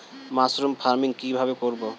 Mushroom farming কি ভাবে করব?